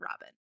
Robin